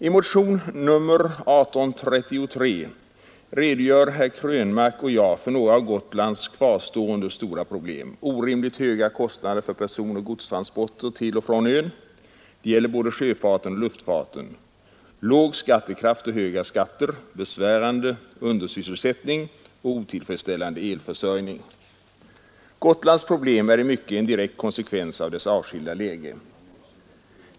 I motionen 1833 redogör herr Krönmark och jag för några av Gotlands kvarstående stora problem: orimligt höga kostnader för personoch godstransporter till och från ön — det gäller både sjöfarten och S 16 december 1972 Gotlands problem är i mycket en direkt konsekvens av dess avskilda ————— läge.